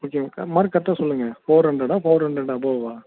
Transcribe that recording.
okay க mark கரெட்டாக சொல்லுங்கள் ஃபோர் ஹண்ரடா ஃபோர் ஹண்ரட் அபோவ்வா